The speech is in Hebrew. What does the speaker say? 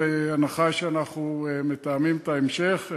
בהנחה שאנחנו מתאמים את ההמשך.